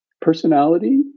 Personality